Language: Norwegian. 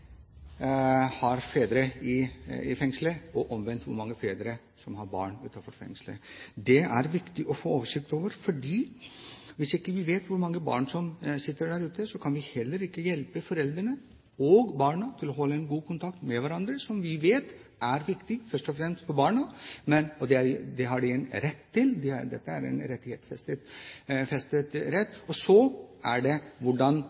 har fedre i fengsel, og omvendt – hvor mange fedre som har barn utenfor fengsel. Det er det viktig å få oversikt over, for hvis vi ikke vet hvor mange barn som sitter der ute, kan vi heller ikke hjelpe foreldrene og barna til å holde god kontakt med hverandre. Vi vet at det er viktig først og fremst for barna – dette er rettighetsfestet – og at kontakten mellom barna og foreldrene kan påvirke den innsattes valg og progresjon. Derfor mener jeg det er